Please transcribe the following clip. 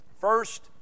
First